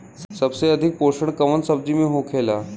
सबसे अधिक पोषण कवन सब्जी में होखेला?